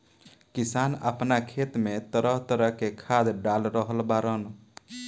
किसान आपना खेत में तरह तरह के खाद डाल रहल बाड़न